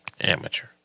Amateur